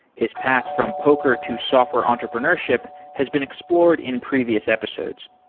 his path from poker to software entrepreneurship has been explored in previous episodes.